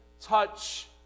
touch